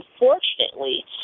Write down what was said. unfortunately